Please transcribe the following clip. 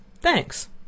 Thanks